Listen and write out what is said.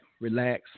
relax